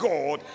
God